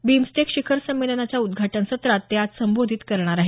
BIMSTEC शिखर संमेलनाच्या उद्घाटन सत्रात ते आज संबोधित करणार आहेत